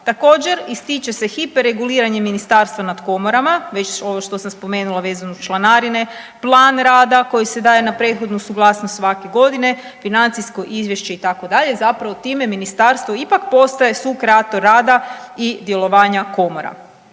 Također, ističe se hiperreguliranje Ministarstva nad komora, već ovo što sam spomenula vezano uz članarine, plan rada koji se daje na prethodnu suglasnost svake godine, financijsko izvješće, itd., zapravo time Ministarstvo ipak postaje sukreator rada i djelovanja komora.